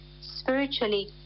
spiritually